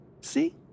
See